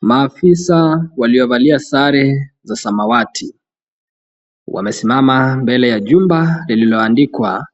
Maafisa waliovalia sare za samawati. Wamesimama mbele ya jumba lililoandikwa